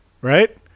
right